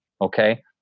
Okay